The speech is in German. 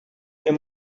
der